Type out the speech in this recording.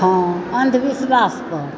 हँ अन्धविश्वास पर